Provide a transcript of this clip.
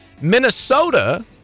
Minnesota